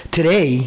today